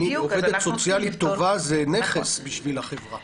עובדת סוציאלית טובה זה נכס לחברה.